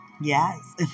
Yes